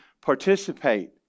participate